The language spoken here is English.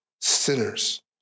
sinners